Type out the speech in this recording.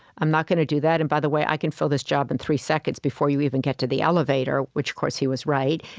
i'm not gonna do that, and by the way, i can fill this job in three seconds, before you even get to the elevator, which, of course, he was right.